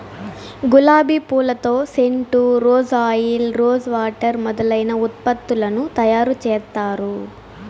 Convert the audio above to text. గులాబి పూలతో scent, rose oil, rose water మొదలైన ఉత్పత్తులను తయారు చేత్తారు